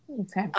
Okay